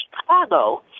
Chicago